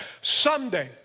Someday